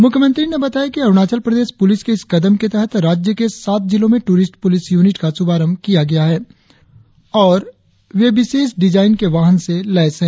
मुख्यमंत्री ने बताया कि अरुणाचल प्रदेश पुलिस के इस कदम के तहत राज्य के सात जिलों में टूरिस्ट पुलिस यूनिट का शुभारंभ किया गया है और वे विशेष डिजाइन के वाहन से लैस है